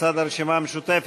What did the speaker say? קבוצת הרשימה המשותפת.